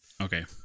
Okay